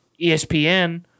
ESPN